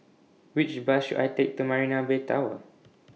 Which Bus should I Take to Marina Bay Tower